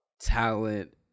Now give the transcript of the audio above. talent